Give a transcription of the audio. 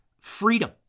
freedom